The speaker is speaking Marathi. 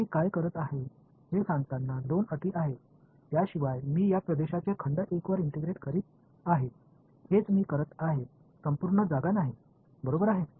मी काय करत आहे हे सांगताना दोन अटी आहेत त्याशिवाय मी या प्रदेशाचे खंड 1 वर इंटिग्रेट करीत आहे हेच मी करत आहे संपूर्ण जागा नाही बरोबर आहे